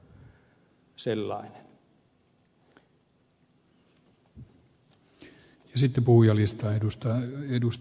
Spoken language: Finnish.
kyllä suomalainen yhteiskunta on sellainen